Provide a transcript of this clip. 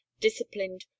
disciplined